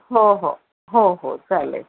हो हो हो हो चालेल